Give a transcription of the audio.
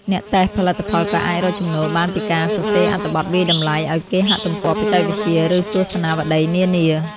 អ្នកតេស្តផលិតផលក៏អាចរកចំណូលបានពីការសរសេរអត្ថបទវាយតម្លៃឱ្យគេហទំព័របច្ចេកវិទ្យា ឬទស្សនាវដ្តីនានា។